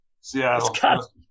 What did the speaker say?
Seattle